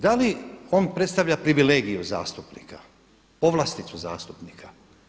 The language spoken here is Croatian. Da li on predstavlja privilegiju zastupnika, povlasticu zastupnika?